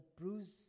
bruise